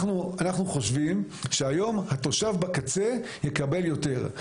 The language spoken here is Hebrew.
אנחנו חושבים שהיום התושב בקצה יקבל יותר.